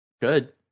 Good